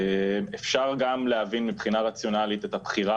אפשר גם להבין מבחינה רציונלית את הבחירה